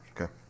Okay